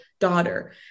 daughter